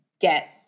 get